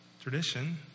tradition